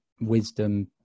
wisdom